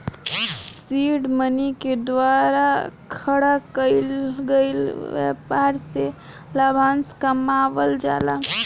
seed money के द्वारा खड़ा कईल गईल ब्यपार से लाभांस कमावल जाला